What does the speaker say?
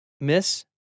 Miss